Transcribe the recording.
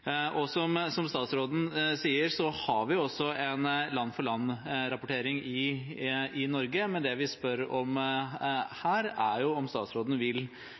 Som statsråden sier, har vi også en land-for-land-rapportering i Norge, men det vi spør om her, er om statsråden vil